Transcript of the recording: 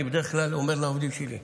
אני בדרך כלל אומר לעובדים שלי: